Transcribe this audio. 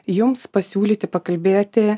jums pasiūlyti pakalbėti